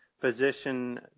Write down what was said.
position